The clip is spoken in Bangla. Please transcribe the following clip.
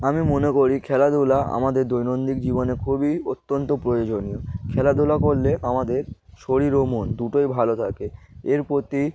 আমি মনে করি খেলাধুলা আমাদের দৈনন্দিন জীবনে খুবই অত্যন্ত প্রয়োজনীয় খেলাধুলা করলে আমাদের শরীর ও মন দুটোই ভালো থাকে এর প্রতি